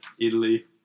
Italy